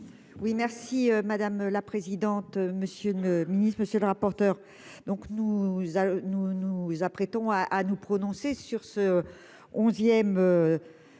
Oui merci madame la présidente, monsieur me ministre monsieur le rapporteur, donc nous, nous nous apprêtons à à nous prononcer sur ce 11ème,